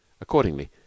Accordingly